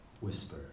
whisper